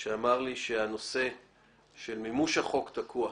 שאמר לי שהנושא של מימוש החוק תקוע,